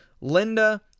Linda